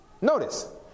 Notice